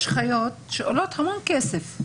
יש חיות שעולות המון כסף,